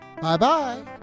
Bye-bye